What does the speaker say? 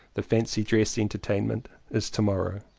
the fancy dress entertainment is to-morrow.